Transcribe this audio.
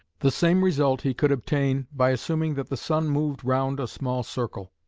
the same result he could obtain by assuming that the sun moved round a small circle,